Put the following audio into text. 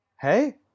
Hey